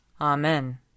Amen